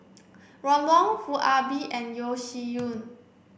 Ron Wong Foo Ah Bee and Yeo Shih Yun